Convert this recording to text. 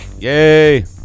yay